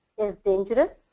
is dangerous.